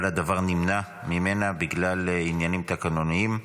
אבל הדבר נמנע ממנה בגלל עניינים תקנוניים.